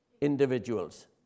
individuals